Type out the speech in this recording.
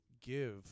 give